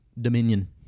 Dominion